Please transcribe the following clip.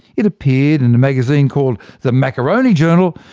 it appeared in a magazine called the macaroni journal,